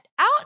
out